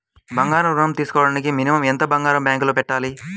బంగారం ఋణం తీసుకోవడానికి మినిమం ఎంత బంగారం బ్యాంకులో పెట్టాలి?